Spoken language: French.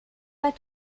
pas